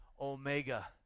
omega